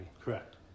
Correct